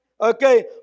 Okay